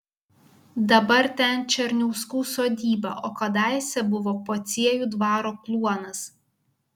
dabar ten černiauskų sodyba o kadaise buvo pociejų dvaro kluonas